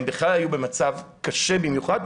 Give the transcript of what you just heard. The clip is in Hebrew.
הם בכלל היו במצב קשה במיוחד.